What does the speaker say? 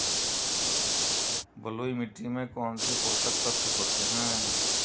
बलुई मिट्टी में कौनसे पोषक तत्व होते हैं?